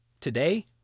Today